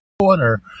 corner